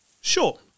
Sure